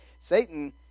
Satan